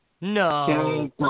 No